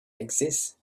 exists